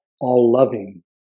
all-loving